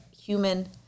human